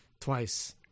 twice